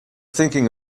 thinking